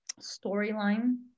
storyline